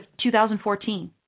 2014